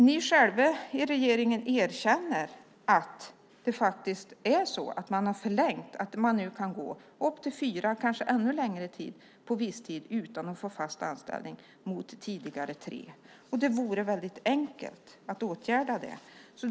Ni i regeringen erkänner ju själva att det faktiskt är fråga om en förlängning, att man nu i upp till fyra år och kanske ännu längre i stället för, som det var tidigare, i tre år kan få ha en visstidsanställning utan att sedan få fast anställning. Det skulle vara väldigt enkelt att åtgärda det där.